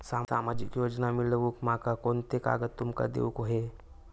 सामाजिक योजना मिलवूक माका कोनते कागद तुमका देऊक व्हये?